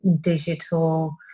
digital